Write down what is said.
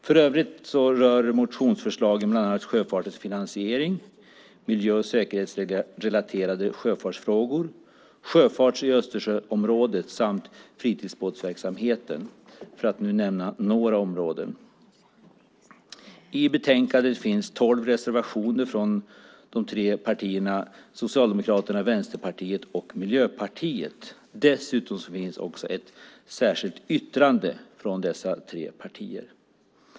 För övrigt rör motionsförslagen sjöfartens finansiering, miljö och säkerhetsrelaterade sjöfartsfrågor, sjöfart i Östersjöområdet samt fritidsbåtsverksamheten, för att nu nämna några områden. I betänkandet finns tolv reservationer från de tre partierna Socialdemokraterna, Vänsterpartiet och Miljöpartiet. Dessutom finns ett särskilt yttrande från dessa tre partier.